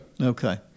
Okay